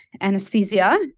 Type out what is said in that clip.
anesthesia